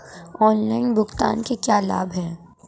Online भुगतान के क्या लाभ हैं?